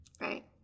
Right